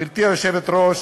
גברתי היושבת-ראש,